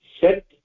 set